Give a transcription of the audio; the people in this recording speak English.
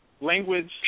language